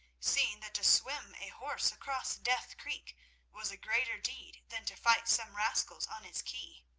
seeing that to swim a horse across death creek was a greater deed than to fight some rascals on its quay.